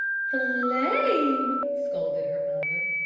flame! scolded her mother.